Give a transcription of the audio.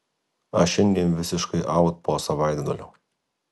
aš šiandien visiškai aut po savaitgalio